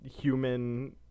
human